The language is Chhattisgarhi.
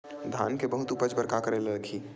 धान के बहुत उपज बर का करेला लगही?